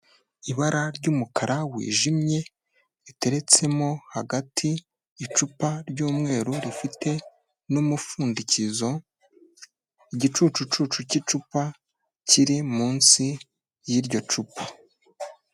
Ibara ry'umukara wijimye, riteretsemo hagati, icupa ry'umweru rifite n'umupfundikizo, igicucucucu cy'icupa kiri munsi y'iryo cupa.